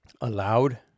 allowed